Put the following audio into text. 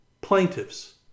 plaintiffs